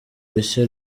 rishya